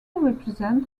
represents